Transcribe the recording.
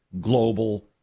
global